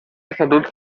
estatut